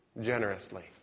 generously